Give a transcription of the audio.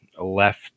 Left